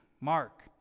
Mark